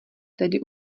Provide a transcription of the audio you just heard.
tedy